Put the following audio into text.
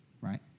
right